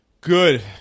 Good